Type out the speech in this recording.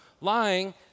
lying